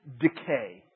decay